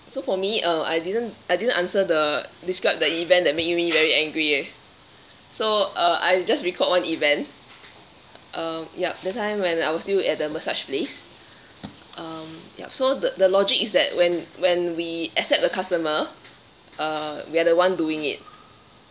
so for me uh I didn't I didn't answer the described the event that made me very angry eh so uh I just recalled one event uh yup that time when I was still at the massage place um ya so the the logic is that when when we accept the customer uh we are the one doing it